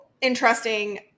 interesting –